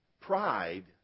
Pride